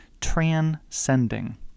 transcending